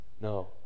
No